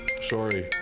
sorry